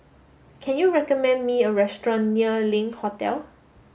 can you recommend me a restaurant near Link Hotel